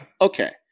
Okay